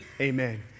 Amen